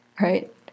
right